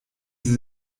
sie